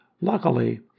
Luckily